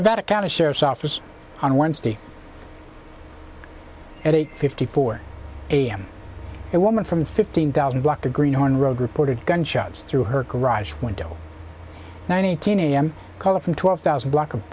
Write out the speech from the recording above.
that a county sheriff's office on wednesday at eight fifty four a m the woman from fifteen thousand block the green one rogue reporter gunshots through her garage window nineteen a m caller from twelve thousand block of